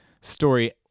story